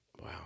Wow